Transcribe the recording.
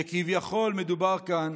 שכביכול מדובר כאן,